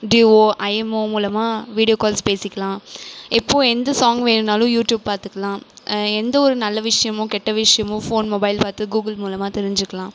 deo IMO மூலமாக video calls பேசிக்கலாம் எப்போ எந்த சாங் வேணுன்னாலும் யூடியூப் பார்த்துக்குலாம் எந்த ஒரு நல்ல விஷயமோ கெட்ட விஷயமோ ஃபோன் மொபைல் பார்த்து கூகுள் மூலமாக தெரிஞ்சிக்கலாம்